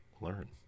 learn